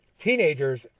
Teenagers